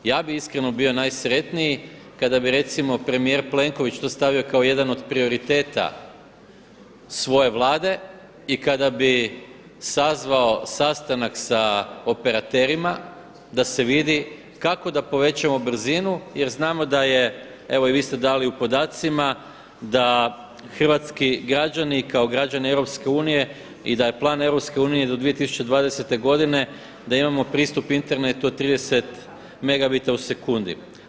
Ja bih iskreno bio najsretniji kada bi recimo premijer Plenković to stavio kao jedan od prioriteta svoje Vlade i kada bi sazvao sastanak sa operaterima da se vidi kako da povećamo brzinu jer znamo da je, evo i vi ste dali u podacima da hrvatski građani kao građani EU i da je plan EU do 2020. godine da imamo pristup internetu od 30 megabita u sekundi.